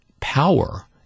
power